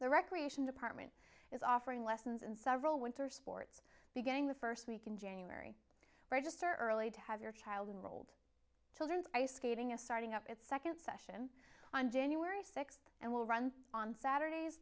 the recreation department is offering lessons in several winter sports beginning the first week in january register early to have your child rolled children's ice skating a starting up its second session on january sixth and will run on saturdays